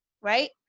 right